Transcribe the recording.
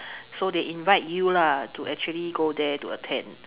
so they invite you lah to actually go there to attend